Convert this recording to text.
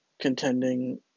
Contending